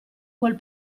quel